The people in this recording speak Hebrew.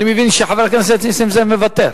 אני מבין שחבר הכנסת נסים זאב מוותר,